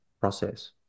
process